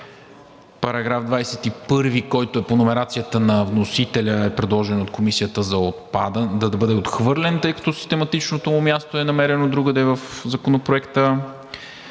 § 21, който е по номерацията на вносителя, е предложен от Комисията да бъде отхвърлен, тъй като систематичното му място е намерено другаде в Законопроекта;